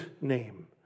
name